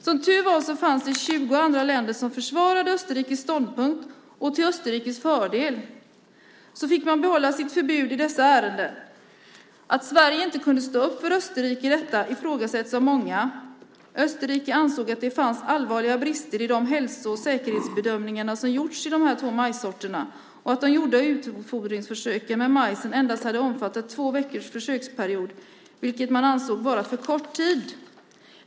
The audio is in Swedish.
Som tur var fanns det 20 andra länder som försvarade Österrikes ståndpunkt. Till Österrikes fördel fick man behålla sitt förbud i dessa ärenden. Att Sverige inte kunde stå upp för Österrike i detta ifrågasätts av många. Österrike ansåg att det fanns allvarliga brister i de hälso och säkerhetsbedömningar som gjorts när det gäller de här två majssorterna och att de gjorda utfodringsförsöken med majsen endast hade omfattat två veckors försöksperiod, vilket man ansåg vara för kort tid.